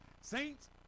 Saints